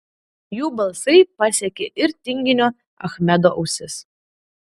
jų balsai pasiekė ir tinginio achmedo ausis